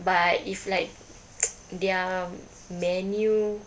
but if like their menu